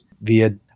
via